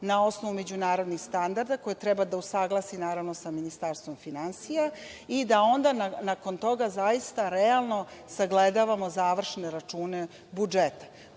na osnovu međunarodnih standarda koji treba da usaglasi naravno sa Ministarstvom finansija i da onda nakon toga zaista realno sagledavamo završne račune budžeta.